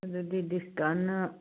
ꯑꯗꯨꯗꯤ ꯗꯤꯁꯀꯥꯎꯟꯅ